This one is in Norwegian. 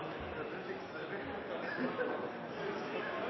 ulike